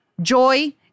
Joy